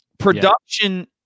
Production